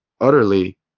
utterly